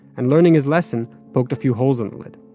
and learning his lesson, poked a few holes in the lid.